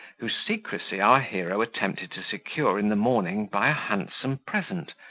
whose secrecy our hero attempted to secure in the morning by a handsome present,